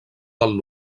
del